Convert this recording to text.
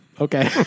Okay